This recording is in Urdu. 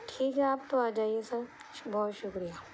ٹھیک ہے آپ تو آ جائیے سر بہت شکریہ